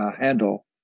handle